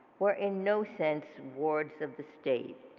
were in no sense wards of the state.